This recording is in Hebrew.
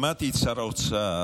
שמעתי את שר האוצר